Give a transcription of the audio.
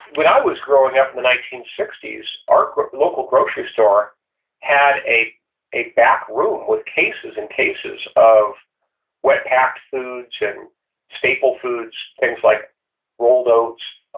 when i was growing up in the nineteen sixty s, our local grocery store had a a backroom with cases and cases of wet-packed foods and staple foods, things like rolled oats.